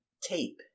Tape